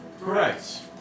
Correct